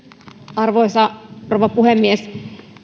arvoisa rouva puhemies